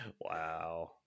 wow